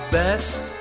best